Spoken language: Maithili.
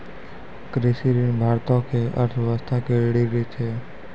कृषि ऋण भारतो के अर्थव्यवस्था के रीढ़ छै